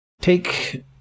take